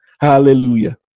Hallelujah